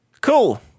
Cool